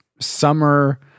summer